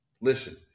Listen